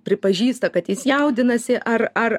pripažįsta kad jis jaudinasi ar ar